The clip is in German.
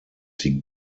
sie